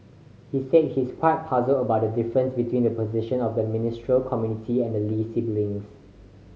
he said he is quite puzzled about the difference between the positions of the Ministerial Committee and the Lee siblings